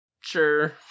Sure